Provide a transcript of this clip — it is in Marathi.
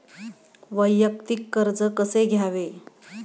वैयक्तिक कर्ज कसे घ्यावे?